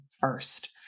first